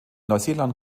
neuseeland